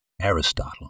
Aristotle